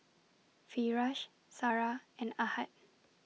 Firash Sarah and Ahad